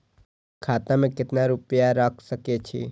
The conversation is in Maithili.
खाता में केतना रूपया रैख सके छी?